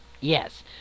Yes